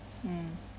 mm